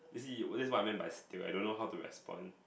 dee this is what I mean by steal I don't know how to respond